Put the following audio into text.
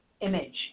image